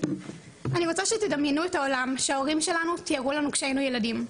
אני רוצה שתדמיינו את העולם שההורים שלנו תיארו לנו כשיינו ילדים,